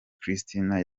kristina